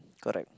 correct